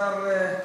השר,